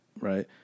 right